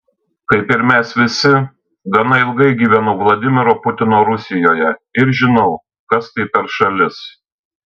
kaip ir mes visi gana ilgai gyvenau vladimiro putino rusijoje ir žinau kas tai per šalis